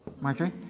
Marjorie